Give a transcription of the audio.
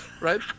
right